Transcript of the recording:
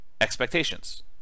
expectations